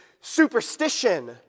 superstition